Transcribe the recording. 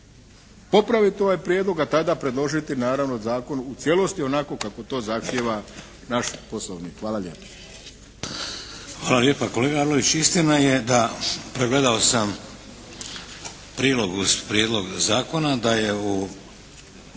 popraviti ovaj prijedlog a tada predložiti naravno zakon u cijelosti onako kako to zahtijeva naš poslovnik. Hvala lijepa. **Šeks, Vladimir (HDZ)** Hvala lijepa. Kolega Arlović, istina je da, pregledao sam prilog uz prijedlog zakona, da je u